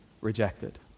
rejected